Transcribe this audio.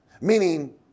Meaning